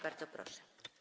Bardzo proszę.